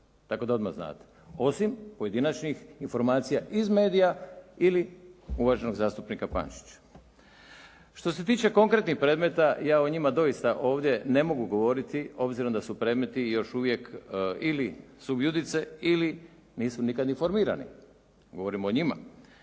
Tako da odmah znate. Osim pojedinačnih informacija iz medija ili uvaženog zastupnika Pančića. Što se tiče konkretnih predmeta ja o njima doista ovdje ne mogu govoriti obzirom da su predmeti još uvijek su ili su … /Ne razumije se./ … ili nisu nikad ni informirani, govorim o njima.